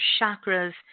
chakras